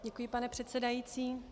Děkuji, pane předsedající.